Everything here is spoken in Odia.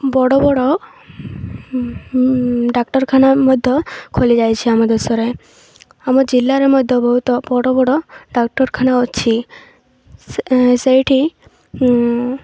ବଡ଼ ବଡ଼ ଡାକ୍ତରଖାନା ମଧ୍ୟ ଖୋଲିଯାଇଛି ଆମ ଦେଶରେ ଆମ ଜିଲ୍ଲାରେ ମଧ୍ୟ ବହୁତ ବଡ଼ ବଡ଼ ଡାକ୍ଟରଖାନା ଅଛି ସେଇଠି